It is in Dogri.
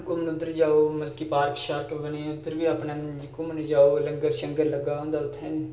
घूमन उद्धर जाओ मतलब कि पार्क शार्क बने दे उद्धर बी अपने घूमन जाओ लंगर शंगर लग्गे दा होंदा उत्थें